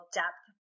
depth